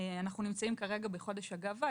אנחנו נמצאים כרגע בחודש הגאווה,